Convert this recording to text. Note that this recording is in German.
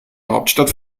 hauptstadt